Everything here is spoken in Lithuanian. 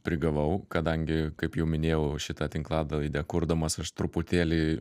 prigavau kadangi kaip jau minėjau šitą tinklalaidę kurdamas aš truputėlį